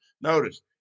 Notice